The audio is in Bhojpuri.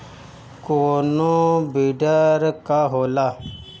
कोनो बिडर का होला?